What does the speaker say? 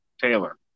Taylor